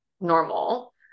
normal